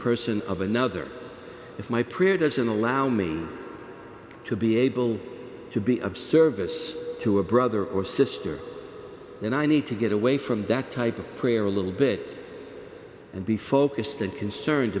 person of another if my prayer as in allow me to be able to be of service to a brother or sister and i need to get away from that type of prayer a little bit and be focused and concerned